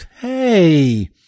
hey